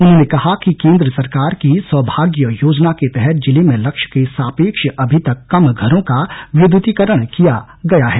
उन्होंने कहा कि केन्द्र सरकार की सौभाग्य योजना के तहत जिले में लक्ष्य के सापेक्ष अभी तक कम घरों का विद्यतीकरण किया गया है